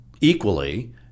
equally